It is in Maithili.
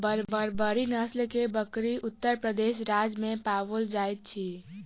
बर्बरी नस्ल के बकरी उत्तर प्रदेश राज्य में पाओल जाइत अछि